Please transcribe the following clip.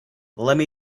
lemme